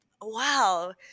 wow